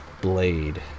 blade